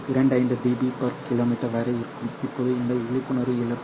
25 dB km வரை இருக்கும் இப்போது இந்த விழிப்புணர்வு இழப்பு என்ன